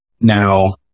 Now